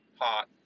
hot